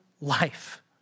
life